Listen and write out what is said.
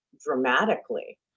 dramatically